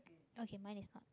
okay mine is not